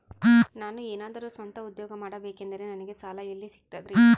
ನಾನು ಏನಾದರೂ ಸ್ವಂತ ಉದ್ಯೋಗ ಮಾಡಬೇಕಂದರೆ ನನಗ ಸಾಲ ಎಲ್ಲಿ ಸಿಗ್ತದರಿ?